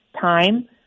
time